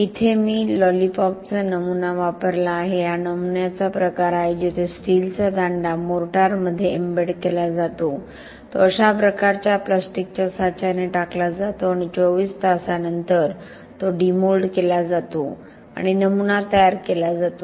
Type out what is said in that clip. इथे मी लॉलीपॉपचा नमुना वापरला आहे हा नमुन्याचा प्रकार आहे जिथे स्टीलचा दांडा मोर्टारमध्ये एम्बेड केला जातो तो अशा प्रकारच्या प्लास्टिकच्या साच्याने टाकला जातो आणि चोवीस तासांनंतर तो डिमोल्ड केला जातो आणि नमुना तयार केला जातो